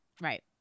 Right